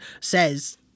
says